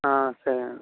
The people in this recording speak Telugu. సరే అండి